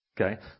Okay